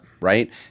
right